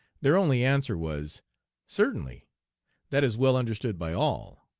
their only answer was certainly that is well understood by all.